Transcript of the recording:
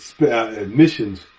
admissions